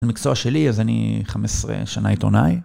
זה מקצוע שלי, אז אני 15 שנה עיתונאי.